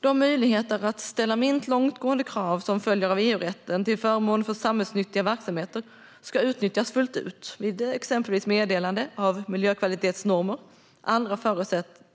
De möjligheter att ställa långtgående krav som följer av EU-rätten, till förmån för samhällsnyttiga verksamheter, ska utnyttjas fullt ut vid exempelvis meddelande av miljökvalitetsnormer, andra